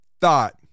thought